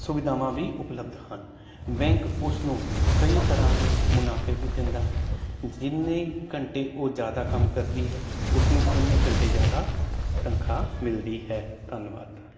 ਸੁਵਿਧਾਵਾਂ ਵੀ ਉਪਲਬਧ ਹਨ ਬੈਂਕ ਉਸ ਨੂੰ ਕਈ ਤਰ੍ਹਾਂ ਦੇ ਮੁਨਾਫੇ ਵੀ ਦਿੰਦਾ ਹੈ ਜਿੰਨੇ ਘੰਟੇ ਉਹ ਜ਼ਿਆਦਾ ਕੰਮ ਕਰਦੀ ਹੈ ਉਸ ਨੂੰ ਉਹਨੇ ਘੰਟੇ ਜ਼ਿਆਦਾ ਤਨਖਾਹ ਮਿਲਦੀ ਹੈ ਧੰਨਵਾਦ